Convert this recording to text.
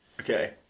Okay